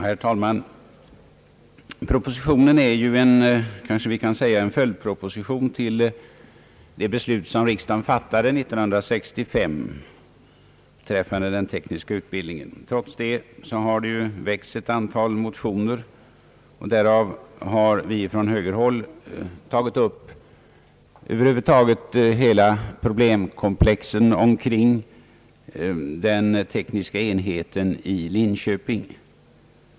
Herr talman! Propositionen kan betraktas som en följdproposition till det beslut beträffande den tekniska utbildningen som riksdagen fattade 1965. Trots detta har det väckts ett antal motioner. Vi från högerhåll har därvid tagit upp över huvud taget hela problemkomplexet kring den tekniska enheten i Linköping.